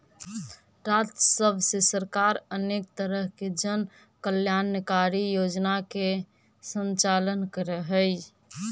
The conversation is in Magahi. राजस्व से सरकार अनेक तरह के जन कल्याणकारी योजना के संचालन करऽ हई